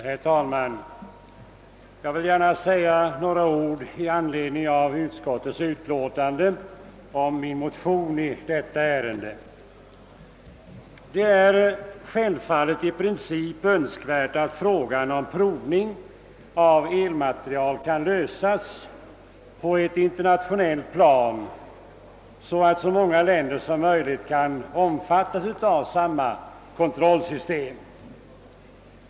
Herr talman! Jag vill gärna säga några ord med anledning av utskottets utlåtande om min motion i detta ärende. Det är självfallet i princip önskvärt att frågan om provning av elmateriel kan lösas på ett internationellt plan, så att så många länder som möjligt kan omfattas av samma kontrollsystem.